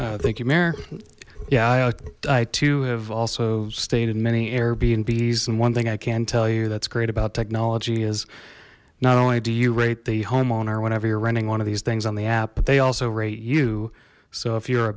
mirror yeah i uh i too have also stayed in many airbnb e's and one thing i can tell you that's great about technology is not only do you rate the homeowner whenever you're renting one of these things on the app but they also rate you so if you're a